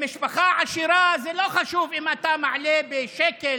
למשפחה עשירה זה לא חשוב אם אתה מעלה בשקל,